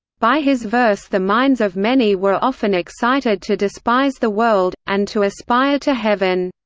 by his verse the minds of many were often excited to despise the world, and to aspire to heaven.